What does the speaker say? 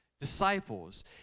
Disciples